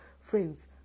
friends